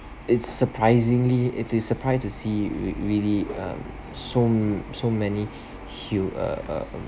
it's surprisingly it is a surprise to see rea~ really um so so many hu~ uh uh